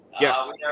Yes